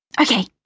Okay